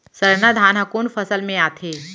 सरना धान ह कोन फसल में आथे?